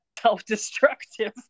self-destructive